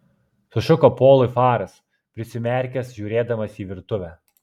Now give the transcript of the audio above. sušuko polui faras prisimerkęs žiūrėdamas į virtuvę